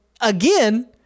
again